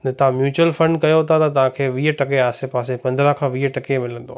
ने तव्हां mutual fund कयो था त तव्हांखे वीह टके आसे पासे पंदरहां खां वीह टके मिलंदो